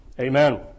Amen